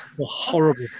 Horrible